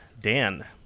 Dan